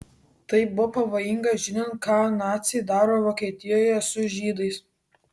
tai buvo pavojinga žinant ką naciai daro vokietijoje su žydais